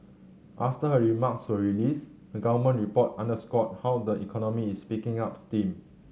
after her remarks were released a government report underscored how the economy is picking up steam